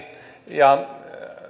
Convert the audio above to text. ja säryn väärtti